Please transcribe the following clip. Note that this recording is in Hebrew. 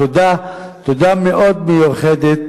תודה מאוד מיוחדת